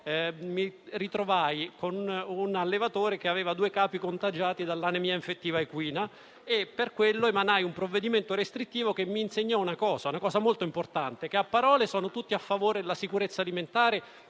mi trovai con un allevatore che aveva due capi contagiati dall'anemia infettiva equina, per cui emanai un provvedimento restrittivo, che mi insegnò una cosa molto importante: che a parole sono tutti a favore della sicurezza alimentare